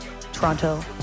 Toronto